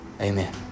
Amen